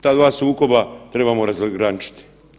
Ta dva sukoba trebamo razgraničiti.